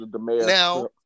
Now